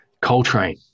Coltrane